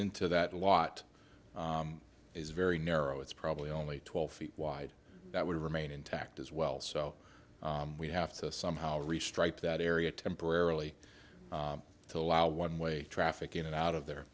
into that lot is very narrow it's probably only twelve feet wide that would remain intact as well so we have to somehow restrike that area temporarily to allow one way traffic in and out of the